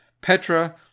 petra